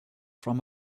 from